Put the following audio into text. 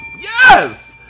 Yes